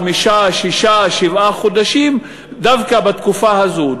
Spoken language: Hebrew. וחמישה-שישה-שבעה חודשים דווקא בתקופה הזאת.